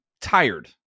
tired